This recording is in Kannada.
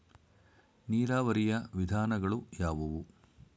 ನೀರಾವರಿಯ ವಿಧಾನಗಳು ಯಾವುವು?